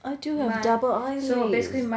I do have double eyelids